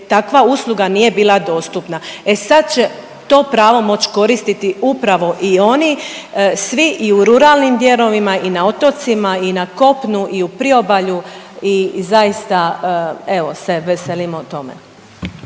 takva usluga nije bila dostupna. E sad će to pravo moć koristiti upravo i oni svi i u ruralnim dijelovima i na otocima i na kopnu i u priobalju i zaista evo se veselimo tome.